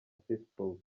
facebook